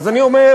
אז אני אומר,